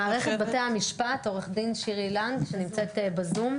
מערכת בתי המשפט, עו"ד שירי לנג שנמצאת בזום.